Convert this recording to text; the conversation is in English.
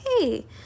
hey